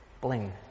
bling